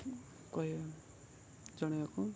କହିବା ଜଣାଇବାକୁ